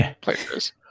places